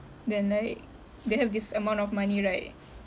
then like they have this amount of money right